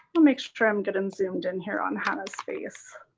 make sure i'm getting zoomed in here on hannah's face.